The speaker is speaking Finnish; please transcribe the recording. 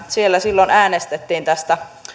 siellä silloin äänestettiin tästä